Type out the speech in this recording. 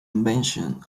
invention